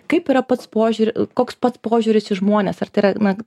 kaip yra pats požiūris koks pats požiūris į žmones ar tai yra na